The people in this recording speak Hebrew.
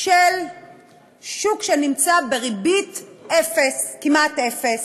של שוק שנמצא בריבית אפס, כמעט אפס,